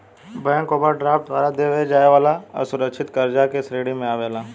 bank overdraft द्वारा देवे जाए वाला असुरकछित कर्जा के श्रेणी मे आवेला